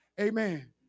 Amen